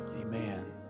Amen